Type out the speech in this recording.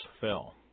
fell